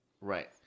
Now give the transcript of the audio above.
right